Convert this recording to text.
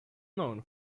known